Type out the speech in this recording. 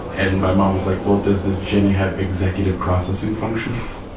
and my mom was like, well, does this jenny have executive processing functions?